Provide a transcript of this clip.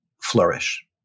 flourish